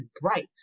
bright